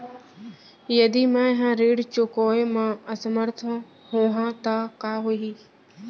यदि मैं ह ऋण चुकोय म असमर्थ होहा त का होही?